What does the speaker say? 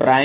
Pr